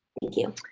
thank you.